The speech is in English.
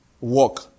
work